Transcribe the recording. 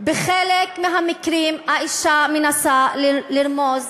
בחלק מהמקרים האישה מנסה לרמוז,